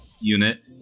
unit